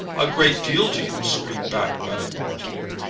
a great deal to you, screamed back madame gordeloup.